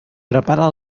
prepara